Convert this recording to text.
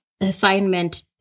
assignment